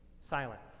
silence